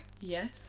Yes